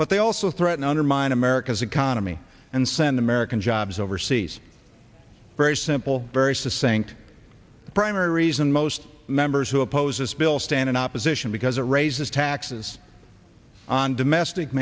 but they also threaten undermine america's economy and send american jobs overseas very simple very succinct the primary reason most members who oppose this bill stand in opposition because it raises taxes on domestic